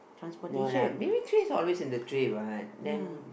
no lah maybe trees always in the tree what then